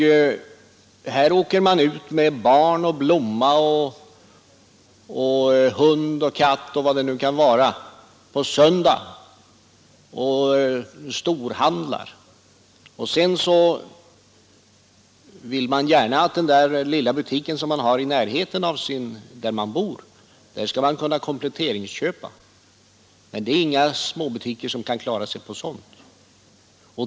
Mannen åker ut med barn och blomma, hund och katt, och vad det nu kan vara, på söndagen och storhandlar. Men sedan vill människorna kunna kompletteringsköpa i den lilla butiken som de har i närheten av sin bostad. Och inga små butiker kan klara sig på sådant.